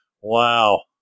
Wow